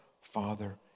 Father